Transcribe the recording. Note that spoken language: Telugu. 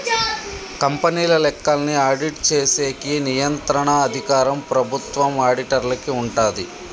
కంపెనీల లెక్కల్ని ఆడిట్ చేసేకి నియంత్రణ అధికారం ప్రభుత్వం ఆడిటర్లకి ఉంటాది